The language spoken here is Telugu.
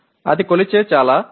అది కొలిచే చాలా స్థూల మార్గం